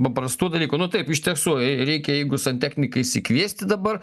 paprastų dalykų nu taip iš tiesų jei reikia jeigu santechniką išsikviesti dabar